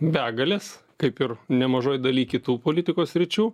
begalės kaip ir nemažoj daly kitų politikos sričių